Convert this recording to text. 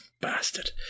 Bastard